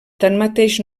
tanmateix